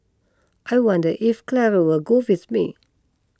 I wonder if Clara will go with me